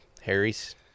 Harry's